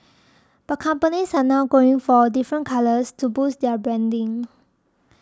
but companies are now going for different colours to boost their branding